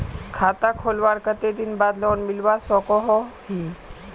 खाता खोलवार कते दिन बाद लोन लुबा सकोहो ही?